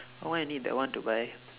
why you need that one to buy